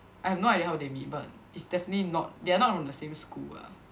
I have no idea how they meet but it's definitely not they are not from the same school ah